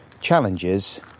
challenges